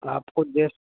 آپ کو ڈس